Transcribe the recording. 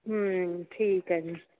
ਹਮ ਠੀਕ ਹੈ ਜੀ